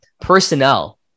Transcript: personnel